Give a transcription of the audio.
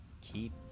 Keep